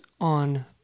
on